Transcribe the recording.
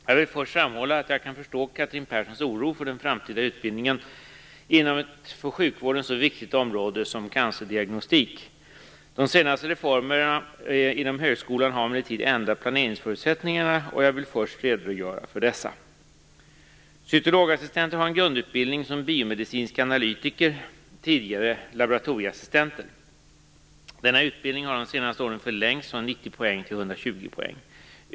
Jag vill först framhålla att jag kan förstå Cathrine Perssons oro för den framtida utbildningen inom ett för sjukvården så viktigt område som cancerdiagnostik. De senaste reformerna inom högskolan har emellertid ändrat planeringsförutsättningarna, och jag vill först redogöra för dessa. Cytologassistenter har en grundutbildning som biomedicinska analytiker, tidigare laboratorieassistenter. Denna utbildning har de senaste åren förlängts från 90 poäng till 120 poäng.